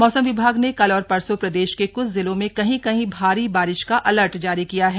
मौसम विभाग ने कल और परसो प्रदेश के क्छ जिलों में कहीं कहीं भारी बारिश बारिश का अलर्ट जारी किया है